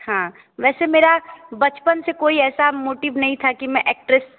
हाँ वैसे मेरा बचपन से कोई ऐसा मोटिव नहीं था कि मैं एक्ट्रेस